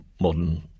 modern